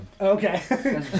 okay